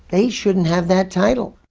they shouldn't have that title.